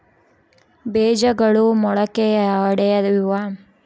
ಬೇಜಗಳು ಮೊಳಕೆಯೊಡೆಯುವ ಸಂದರ್ಭದಲ್ಲಿ ಅತಿಯಾದ ಮಳೆ ಆಗುವುದರಿಂದ ಬೆಳವಣಿಗೆಯು ಕುಂಠಿತವಾಗುವುದೆ?